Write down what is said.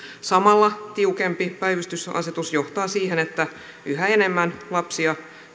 samalla tiukempi päivystysasetus johtaa siihen että yhä enemmän lapsia